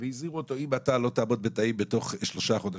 והזהירו אותו "אם אתה לא תעבוד בתאים בתוך שלושה חודשים..".